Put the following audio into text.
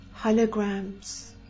holograms